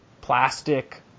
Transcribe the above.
plastic